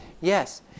Yes